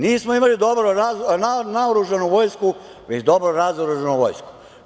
Nismo imali dobro naoružanu vojsku već dobro razoružanu vojsku.